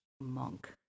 monk